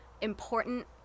important